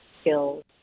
skills